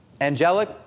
angelic